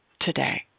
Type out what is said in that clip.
today